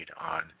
On